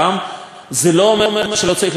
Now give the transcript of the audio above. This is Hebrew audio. זה לא אומר שלא צריך לטפל בתעשייה,